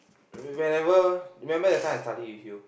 when~ whenever remember that time I study with you